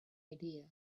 idea